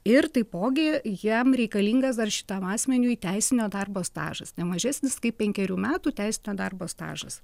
ir taipogi jam reikalingas dar šitam asmeniui teisinio darbo stažas ne mažesnis kaip penkerių metų teisinio darbo stažas